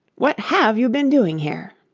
what have you been doing here